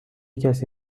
کسی